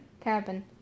cabin